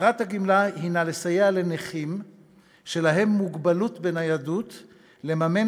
מטרת הגמלה היא לסייע לנכים שלהם מוגבלות בניידות לממן